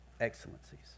excellencies